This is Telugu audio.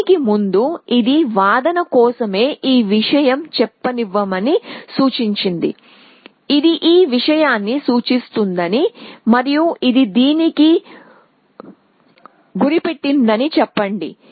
దీనికి ముందు ఇది వాదన కోసమే ఈ విషయం చెప్పనివ్వమని సూచించింది ఇది ఈ విషయాన్ని సూచిస్తుందని మరియు ఇది దీనికి గురిపెట్టిందని చెప్పండి